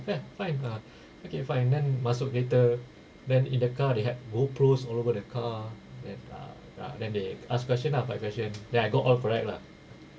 kan fine ah okay fine then masuk later then in the car they had GoPros all over the car then ah ah then they ask question by question then I got all correct lah